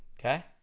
okay?